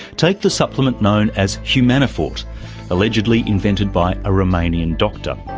take the supplement known as humanofort, allegedly invented by a romanian doctor.